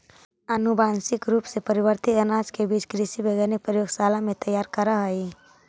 अनुवांशिक रूप से परिवर्तित अनाज के बीज कृषि वैज्ञानिक प्रयोगशाला में तैयार करऽ हई